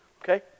okay